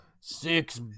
Six